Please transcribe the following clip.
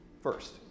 first